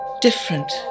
different